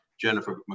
Jennifer